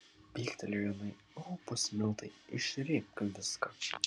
pyktelėjo jinai rupūs miltai išsrėbk viską